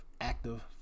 active